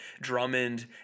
Drummond